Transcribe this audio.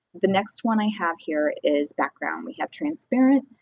the next one i have here is background. we have transparent,